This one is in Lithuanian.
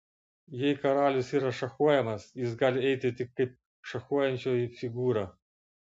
jei karalius yra šachuojamas jis gali eiti tik kaip šachuojančioji figūra